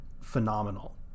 phenomenal